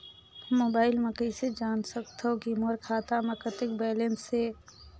Mobile म कइसे जान सकथव कि मोर खाता म कतेक बैलेंस से?